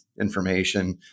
information